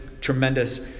tremendous